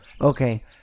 Okay